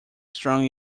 strong